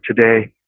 today